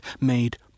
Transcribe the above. made